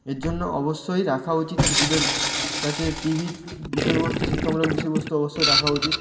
এর জন্যে অবশ্যই রাখা উচিত শিশুদের কাছে টিভির বিষয়বস্তু শিক্ষামূলক বিষয়বস্তু অবশ্যই রাখা উচিত